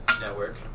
Network